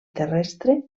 terrestre